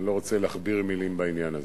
אני לא רוצה להכביר מלים בעניין הזה.